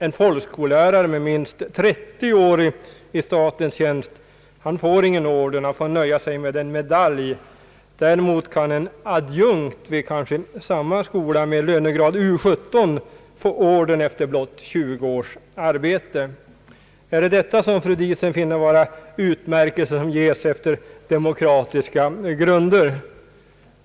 En folkskollärare med minst 30 år i statens tjänst får ingen orden utan får nöja sig med en medalj. Däremot kan en adjunkt vid samma skola i U 17 få en orden efter blott 20 års arbete. Är det detta som fru Diesen finner vara utmärkelser efter demokratiska grunder?